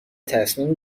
تصمیم